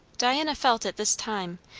diana felt at this time,